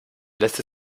lässt